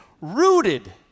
rooted